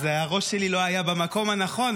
אז הראש שלי לא היה במקום הנכון,